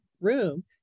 room